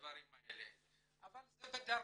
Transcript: אבל זה בדרכו.